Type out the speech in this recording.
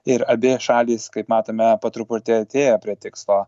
ir abi šalys kaip matome po truputį artėja prie tikslo